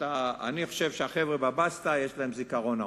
אני חושב שהחבר'ה בבסטה, יש להם זיכרון ארוך.